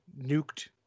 nuked